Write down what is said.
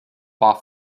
off